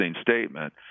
statement